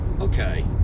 okay